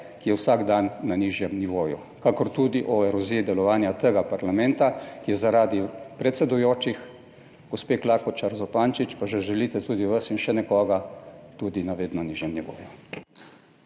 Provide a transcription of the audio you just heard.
ki je vsak dan na nižjem nivoju, kakor tudi o eroziji delovanja tega parlamenta, ki je, zaradi predsedujočih gospe Klakočar Zupančič, pa že želite tudi vas in še nekoga tudi na vedno nižjem nivoju.